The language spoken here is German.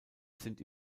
sind